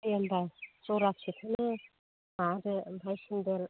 दे होमबा जरासेखौनो माबादो ओमफ्राय सेन्देल